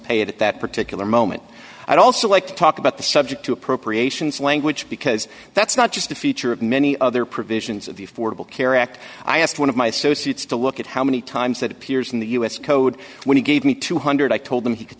pay it at that particular moment i'd also like to talk about the subject to appropriations language because that's not just a feature of many other provisions of the affordable care act i asked one of my associates to look at how many times that appears in the u s code when he gave me two hundred i told them he could